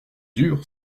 dur